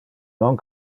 non